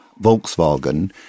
Volkswagen